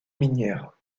minière